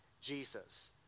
Jesus